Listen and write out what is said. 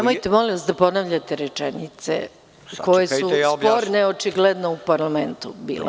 Molim vas, nemojte da ponavljate rečenice koje su sporne očigledno u parlamentu bile.